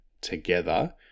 together